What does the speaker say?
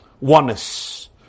oneness